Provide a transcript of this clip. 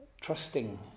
trusting